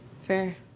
Fair